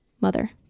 mother